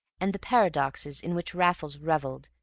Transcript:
and the paradoxes in which raffles revelled,